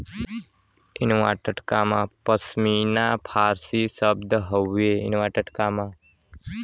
पश्मीना फारसी शब्द हउवे